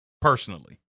personally